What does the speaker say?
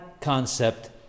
concept